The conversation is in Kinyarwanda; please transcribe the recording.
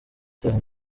utaha